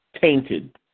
Tainted